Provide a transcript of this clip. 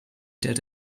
did